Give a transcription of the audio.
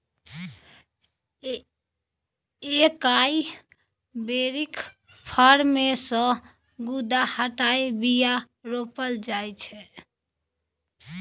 एकाइ बेरीक फर मे सँ गुद्दा हटाए बीया रोपल जाइ छै